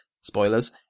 spoilers